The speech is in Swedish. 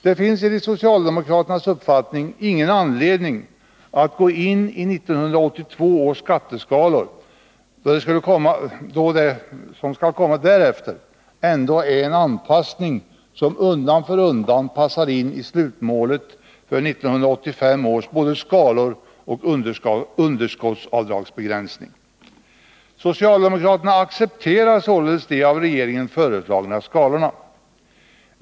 Det finns enligt socialdemokraternas uppfattning ingen anledning att gå in i 1982 års skatteskalor, då det som skall komma därefter ändå är en anpassning, som undan för undan passar in i slutmålet för 1985 års både skalor och underskottsavdragsbegränsning. Socialdemokraterna accepterar således de av regeringen föreslagna skalorna.